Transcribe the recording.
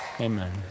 amen